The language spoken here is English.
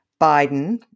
Biden